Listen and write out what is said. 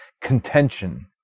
contention